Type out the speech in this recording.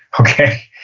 okay?